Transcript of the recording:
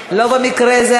לא במקרה הזה,